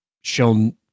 shown